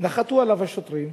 נחתו עליו השוטרים,